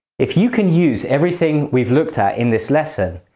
if you can use everything we've looked at in this lesson,